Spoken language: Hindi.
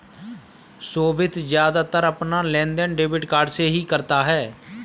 सोभित ज्यादातर अपना लेनदेन डेबिट कार्ड से ही करता है